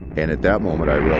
and at that moment i